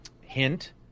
hint